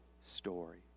story